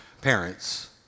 parents